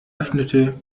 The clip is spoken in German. öffnete